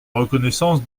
reconnaissance